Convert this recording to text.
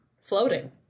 Floating